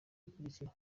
bikurikira